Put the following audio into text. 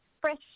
Fresh